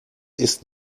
ist